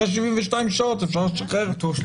אחרי 72 שעות אפשר לשחרר אותו.